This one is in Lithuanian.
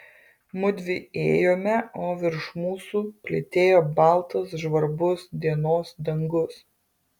mudvi ėjome o virš mūsų plytėjo baltas žvarbus dienos dangus